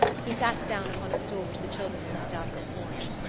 he sat down upon a stool which the children had left out on the porch.